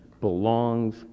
Belongs